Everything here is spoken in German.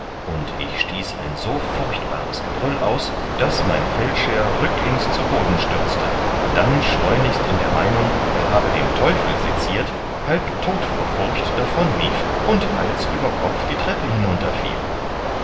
und ich stieß ein so furchtbares gebrüll aus daß mein feldherr rücklings zu boden stürzte dann schleunigst in der meinung er habe den teufel secirt halb todt vor furcht davon lief und hals über kopf die treppe